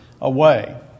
away